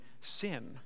sin